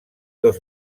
dos